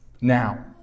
now